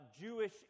Jewish